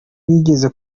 bigeze